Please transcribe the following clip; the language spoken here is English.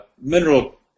mineral